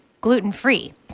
gluten-free